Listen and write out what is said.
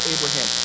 Abraham